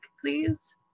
please